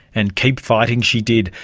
and keep fighting she did.